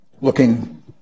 looking